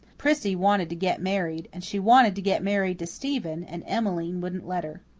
prissy wanted to get married and she wanted to get married to stephen and emmeline wouldn't let her.